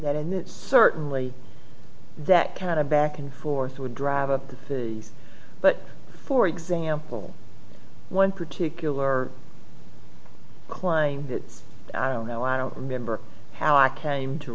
that and it's certainly that kind of back and forth would drive up the cities but for example one particular climb that i don't know i don't remember how i came to